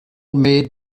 made